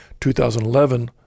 2011